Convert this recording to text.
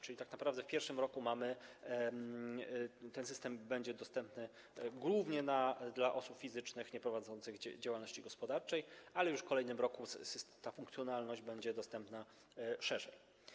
Czyli tak naprawdę w pierwszym roku ten system będzie dostępny głównie dla osób fizycznych nieprowadzących działalności gospodarczej, ale już w kolejnym roku ta funkcjonalność będzie dostępna szerzej.